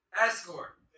Escort